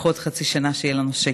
שלפחות חצי שנה יהיה לנו שקט.